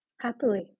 Happily